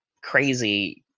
crazy